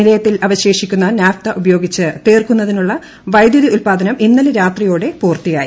നിലയത്തിൽ അവശേഷിക്കുന്ന നാഫ്ത ഉപയോഗിച്ച് തീർക്കുന്നതിനുള്ള വൈദ്യുതി ഉൽപാദനം ഇന്നലെ രാത്രിയോടെ പൂർത്തിയായി